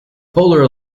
polar